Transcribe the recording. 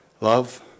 love